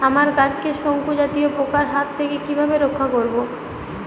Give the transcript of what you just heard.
আমার গাছকে শঙ্কু জাতীয় পোকার হাত থেকে কিভাবে রক্ষা করব?